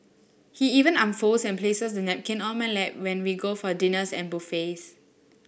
he even unfolds and places the napkin on my lap when we go for dinners and buffets